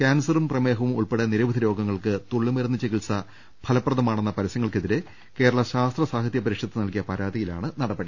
കാൻസറും പ്രമേഹവും ഉൾപ്പെടെ നിരവധി രോഗ ങ്ങൾക്ക് തുള്ളിമരുന്ന് ചികിത്സ ഫലപ്രദമാണെന്ന പരസ്യ ങ്ങൾക്കെതിരെ കേരളാ ശാസ്ത്ര സാഹിത്യ പരിഷത്ത് നൽകിയ പരാതിയിലാണ് നടപടി